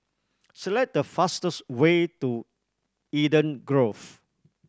select the fastest way to Eden Grove